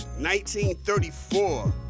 1934